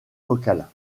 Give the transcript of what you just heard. locales